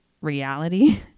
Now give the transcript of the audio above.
reality